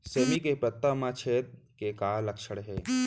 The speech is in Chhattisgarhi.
सेमी के पत्ता म छेद के का लक्षण हे?